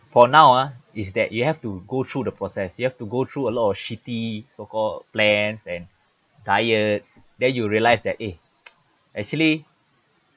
for now ah it's that that you have to go through the process you have to go through a lot of shitty so called plans and diets then you'll realise that eh actually